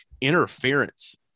interference